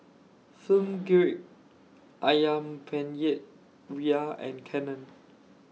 Film Grade Ayam Penyet Ria and Canon